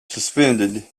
suspended